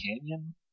canyon